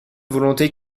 volonté